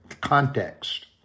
context